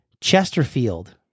Chesterfield